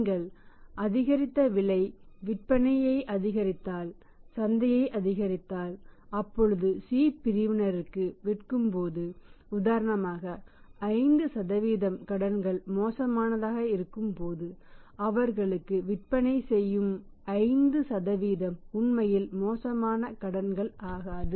நீங்கள் அதிகரித்த விலை விற்பனையை அதிகரித்தால் சந்தையை அதிகரித்தால் அப்பொழுது C பிரிவினருக்கு விற்கும்போது உதாரணமாக 5 கடன்கள் மோசமானதாக இருக்கும்போது அவர்களுக்கு விற்பனை செய்யும் 5 உண்மையில் மோசமான கடன்கள் ஆகாது